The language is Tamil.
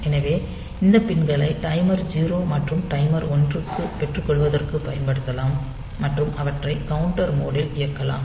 எனவே இந்த பின்களை டைமர் 0 மற்றும் டைமர் 1 க்கு பெற்றுக்கொள்வதற்கு பயன்படுத்தலாம் மற்றும் அவற்றை கவுண்டர் மோட் இல் இயக்கலாம்